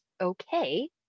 okay